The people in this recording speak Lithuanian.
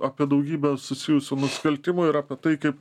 apie daugybę susijusių nusikaltimų ir apie tai kaip